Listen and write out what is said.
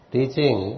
Teaching